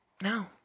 no